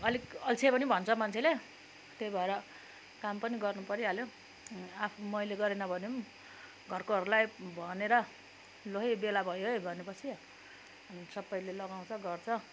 अलिक अल्छे पनि भन्छ मन्छेले त्यै भएर काम पनि गर्नु परिहाल्यो आआफ्मैनोले गरिनँ भने पनि घरकोहरूलाई भनेर लु है बेला भयो है भने पछि अनि सबैले लगाउँछ गर्छ